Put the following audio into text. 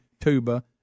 tuba